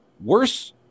worse